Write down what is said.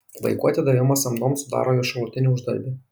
vaikų atidavimas samdon sudaro jo šalutinį uždarbį